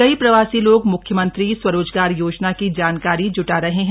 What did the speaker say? कई प्रवासी लोग मुख्यमंत्री स्वरोजगार योजना की जानकारी जुटा रहे हैं